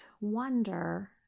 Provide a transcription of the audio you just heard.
wonder